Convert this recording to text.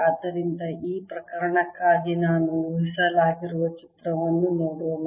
ಆದ್ದರಿಂದ ಈ ಪ್ರಕರಣಕ್ಕಾಗಿ ಈಗ ಊಹಿಸಲಾಗಿರುವ ಚಿತ್ರವನ್ನು ನೋಡೋಣ